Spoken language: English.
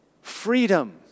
freedom